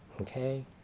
okay